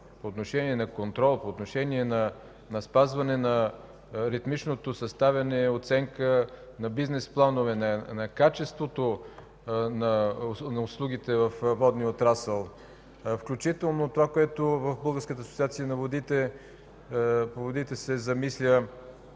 по отношение на контрол, по отношение на спазване на ритмичното съставяне на оценка на бизнес планове, на качеството на услугите във водния отрасъл, включително това, което в Българската асоциация по водите се замисля